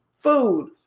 food